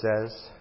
says